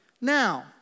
Now